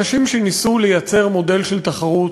אנשים שניסו לייצר מודל של תחרות,